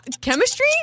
Chemistry